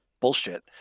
bullshit